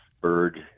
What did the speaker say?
bird